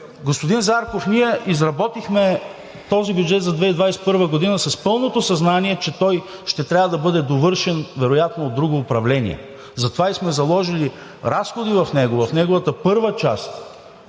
Господин Зарков, ние изработихме този бюджет за 2021 г. с пълното съзнание, че той ще трябва да бъде довършен вероятно от друго управление. Затова и сме заложили разходи в него, в неговата първа част,